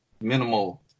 minimal